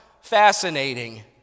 fascinating